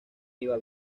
iba